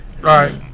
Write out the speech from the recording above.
right